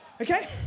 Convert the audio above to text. Okay